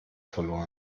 verloren